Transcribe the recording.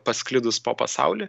pasklidus po pasaulį